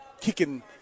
kicking